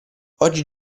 oggi